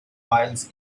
miles